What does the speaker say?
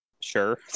sure